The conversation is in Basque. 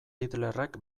hitlerrek